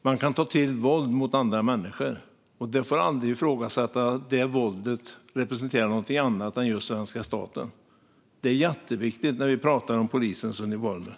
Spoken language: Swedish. De kan ta till våld mot andra människor. Det får aldrig ifrågasättas att det våldet representerar just svenska staten och ingenting annat. Det är jätteviktigt när vi pratar om polisens uniformer.